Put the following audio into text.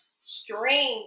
strength